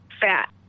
Fat